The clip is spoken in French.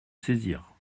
saisir